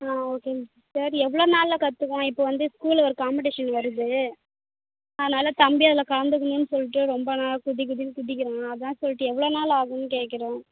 ஆ ஓகேங்க சிஸ்டர் எவ்வளோ நாளில் கற்றுக்கலாம் இப்போ வந்து ஸ்கூலில் ஒரு காம்பட்டிஷன் வருது அதனால தம்பி அதில் கலந்துக்கணுன்னு சொல்லிட்டு ரொம்ப நாள் குதி குதின்னு குதிக்கிறான் அதுதான் சொல்லிட்டு எவ்வளோ நாள் ஆகுன்னு கேட்குறேன்